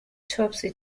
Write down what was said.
topsy